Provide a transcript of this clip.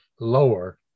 lower